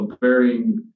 varying